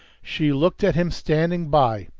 she looked at him standing by,